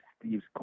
Steve's